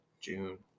June